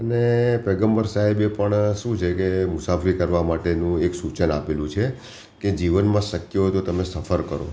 અને પયગંબર સાહેબે પણ શું છે કે મુસાફરી કરવા માટેનું એક સૂચન આપેલું છે કે જીવનમાં શક્ય હોય તો તમે સફર કરો